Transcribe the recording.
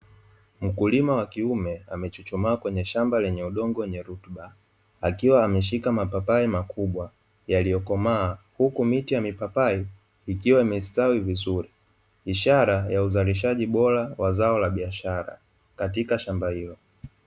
Mkulima wa kiume amechuchuma, kwenye shamba lenye udongo wenye rutuba, akiwa ameshika mapapai makubwa yaliyokomaa huku miti ya mipapai ikiwa imestawi vizuri ikionyesha ishara bora ya uzalishaji wa zao hilo la biashara.